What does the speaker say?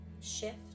shift